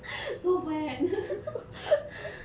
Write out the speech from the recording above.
so bad